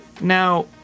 Now